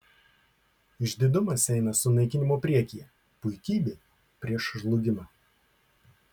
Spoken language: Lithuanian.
išdidumas eina sunaikinimo priekyje puikybė prieš žlugimą